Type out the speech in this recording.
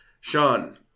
Sean